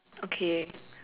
okay